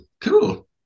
cool